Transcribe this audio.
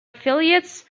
affiliates